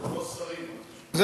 אנחנו לא שרים, אל תשכח.